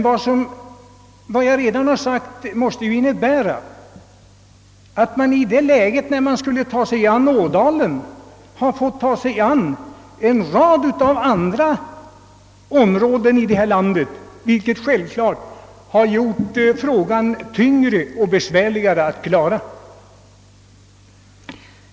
Av vad jag redan anfört framgår att då man skulle ta sig an Ådalen fick man samtidigt ta sig an en rad andra områden. Denna omständighet har naturligtvis gjort frågan besvärligare att lösa.